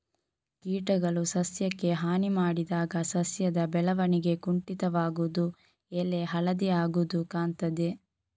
ಕೀಟಗಳು ಸಸ್ಯಕ್ಕೆ ಹಾನಿ ಮಾಡಿದಾಗ ಸಸ್ಯದ ಬೆಳವಣಿಗೆ ಕುಂಠಿತವಾಗುದು, ಎಲೆ ಹಳದಿ ಆಗುದು ಕಾಣ್ತದೆ